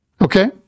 Okay